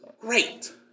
Great